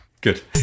Good